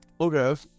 Okay